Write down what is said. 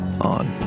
on